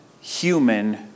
human